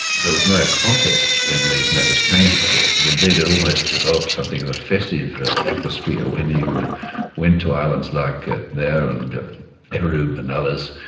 there was no contest when these matters came to court, and indeed it almost developed something of a festive atmosphere when you went to islands like mer and erub and others,